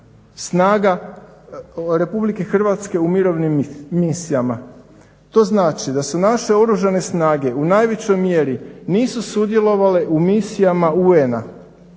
snaga RH u mirovnim misijama. To znači da naše Oružane snage u najvećoj mjeri nisu sudjelovale u misijama UN-a